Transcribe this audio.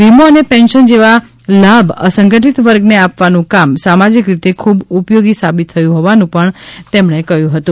વીમો અને પેન્સન જેવા લાભ અસંગઠીત વર્ગ ને આપવાનું કામ સામાજિક રીતે ખૂબ ઉપયોગી સાબિત થયું હોવાનુ પણ તેમણે કહ્યું હતું